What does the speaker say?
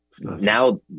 now